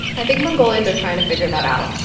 i think mongolians are trying to figure that out,